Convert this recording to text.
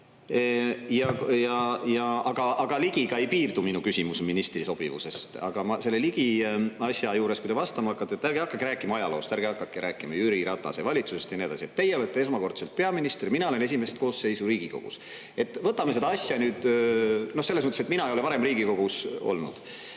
Aga Ligiga ei piirdu minu küsimus ministri sobivusest. Aga ma selle Ligi asja juures, kui te vastama hakkate, ärge hakake rääkima ajaloost, ärge hakake rääkima Jüri Ratase valitsusest ja nii edasi. Teie olete esmakordselt peaminister, mina olen esimest koosseisu Riigikogus. Võtame seda asja nüüd … Selles mõttes, et mina ei ole varem Riigikogus olnud.